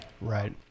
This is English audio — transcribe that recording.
Right